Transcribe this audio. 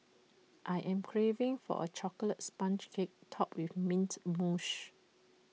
I am craving for A Chocolate Sponge Cake Topped with mint Moshe